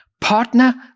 Partner